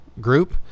group